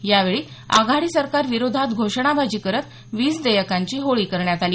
यावेळी आघाडी सरकार विरोधात घोषणाबाजी करत वीज देयकांची होळी करण्यात आली